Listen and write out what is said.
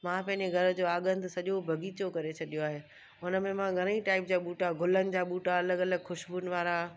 मां पंहिंजे घर जो आङनि सॼो बगीचो करे छॾियो आहे उनमें मां घणई टाइप जा बूटा गुलनि जा बूटा अलॻि अलॻि ख़ुशबुनि वारा